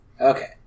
Okay